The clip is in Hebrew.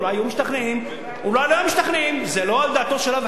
אולי היו משתכנעים, הם לא דנו בחוק.